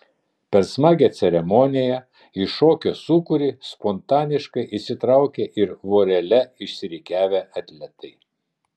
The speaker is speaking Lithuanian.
per smagią ceremoniją į šokio sūkurį spontaniškai įsitraukė ir vorele išsirikiavę atletai